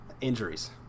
injuries